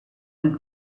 and